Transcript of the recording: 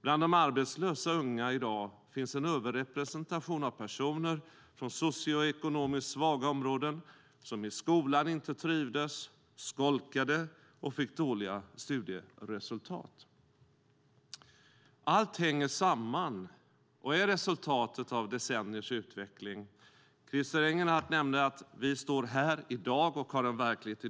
Bland de arbetslösa unga i dag finns en överrepresentation av personer från socioekonomiskt svaga områden och som i skolan inte trivdes, skolkade och fick dåliga studieresultat. Allt hänger samman och är resultatet av decenniers utveckling. Christer Engelhardt nämnde att vi står här i dag och talar om dagens verklighet.